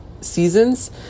seasons